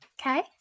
Okay